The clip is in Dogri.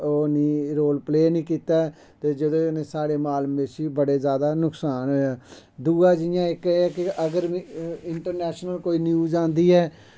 रोल प्ले नेएईं कीता ऐ ते जेह्ड़े हून साढ़े माल मवेशी गी बड़े जैदा नुकसान होआ ऐ दुआ जि'यां इक अगर इन्टरनैशनल कोई न्यूज़ आंदी ऐ